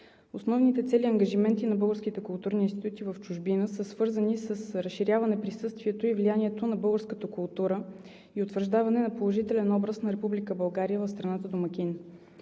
основните цели и ангажименти на българските културни институти в чужбина са свързани с разширяване присъствието и влиянието на българската култура и утвърждаване на положителен образ на Република България в страната домакин.